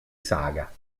saga